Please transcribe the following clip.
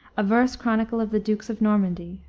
a verse chronicle of the dukes of normandy,